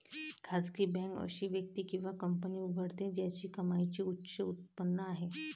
खासगी बँक अशी व्यक्ती किंवा कंपनी उघडते ज्याची कमाईची उच्च उत्पन्न आहे